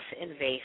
invasive